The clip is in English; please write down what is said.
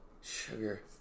Sugar